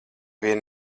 vien